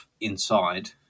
inside